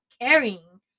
carrying